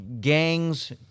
gangs